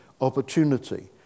opportunity